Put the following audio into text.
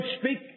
speak